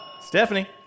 Stephanie